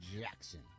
Jackson